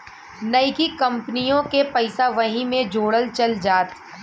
नइकी कंपनिओ के पइसा वही मे जोड़ल चल जात